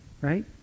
right